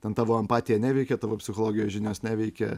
ten tavo empatija neveikia tavo psichologijos žinios neveikia